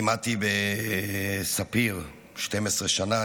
לימדתי בספיר 12 שנה,